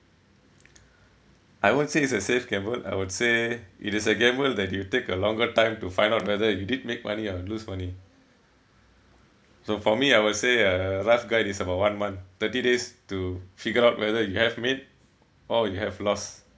I won't say it's a safe gamble I would say it is a gamble that you take a longer time to find out whether you did make money or lose money so for me I would say a rough guide is about one month thirty days to figure out whether you have made or you have lost